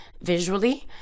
Visually